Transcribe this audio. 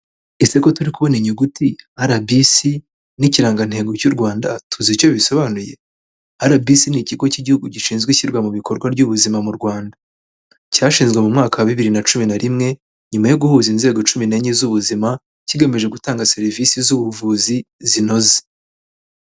Ese ko turi kubona inyuguti RBC n'ikirangantego cy'u Rwanda tuzi icyo bisobanuye? RBC ni ikigo cy'igihugu gishinzwe ishyirwa mu bikorwa ry'ubuzima mu Rwanda. Cyashinzwe mu mwaka bibiri na cumi na rimwe, nyuma yo guhuza inzego cumi n'enye z'ubuzima, kigamije gutanga serivisi z'ubuvuzi zinoze.